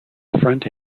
front